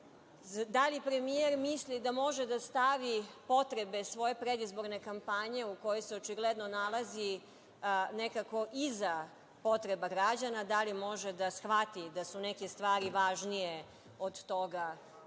Da li premijer misli da može da stavi potrebe svoje predizborne kampanje, u kojoj se očigledno nalazi, nekako iza potreba građana? Da li može da shvati da su neke stvari važnije od toga